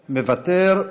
מוותר.